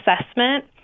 assessment